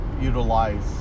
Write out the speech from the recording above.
utilize